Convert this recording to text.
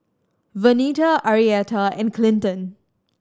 Vernita Arietta and Clinton